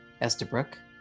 Estabrook